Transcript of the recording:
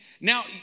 Now